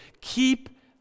Keep